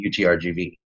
UTRGV